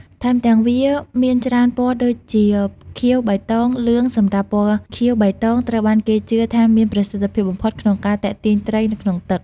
ថែមទាំងវាមានច្រើនពណ៌ដូចជា ខៀវ បៃតង លឿង សម្រាប់ពណ៌ខៀវ-បៃតង ត្រូវបានគេជឿថាមានប្រសិទ្ធភាពបំផុតក្នុងការទាក់ទាញត្រីនៅក្នុងទឹក។